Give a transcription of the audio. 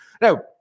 Now